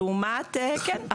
כן.